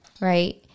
Right